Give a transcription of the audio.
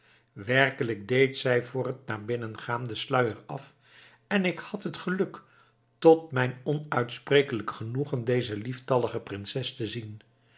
werkelijk deed zij voor het naar binnen gaan den sluier af en ik had het geluk tot mijn onuitsprekelijk genoegen deze lieftallige prinses te zien